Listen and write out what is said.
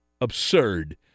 absurd